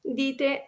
dite